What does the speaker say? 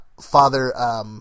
Father